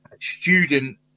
student